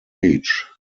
age